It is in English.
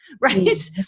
Right